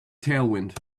tailwind